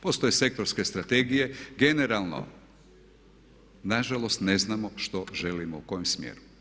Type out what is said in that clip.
Postoje sektorske strategije, generalno nažalost ne znamo što želimo u kojem smjeru.